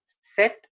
set